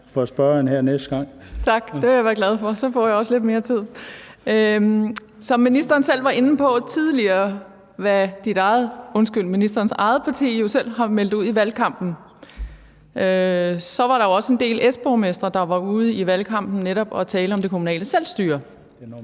Klintskov Jerkel (KF): Tak. Det er jeg glad for, for så får jeg også lidt mere tid. Ministeren var selv tidligere inde på, hvad ministerens eget parti jo har meldt ud i valgkampen. Der var også en del S-borgmestre, der var ude i valgkampen netop at tale om det kommunale selvstyre.